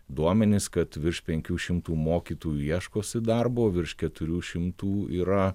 duomenis kad virš penkių šimtų mokytojų ieškosi darbo virš keturių šimtų yra